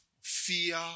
fear